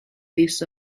this